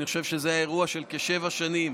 אני חושב שזה היה אירוע של כשבע שנים